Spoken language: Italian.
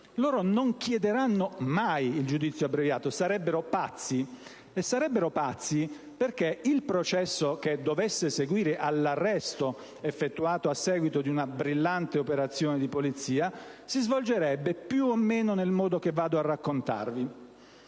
loro non chiederanno mai il giudizio abbreviato. Sarebbero pazzi a farlo, e lo sarebbero perché il processo che dovesse seguire all'arresto effettuato a seguito di una brillante operazione di polizia si svolgerebbe più o meno nel modo che vado a raccontarvi.